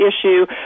issue